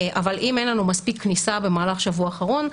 אבל אם אין לנו מספיק כניסה במהלך שבוע אחרון,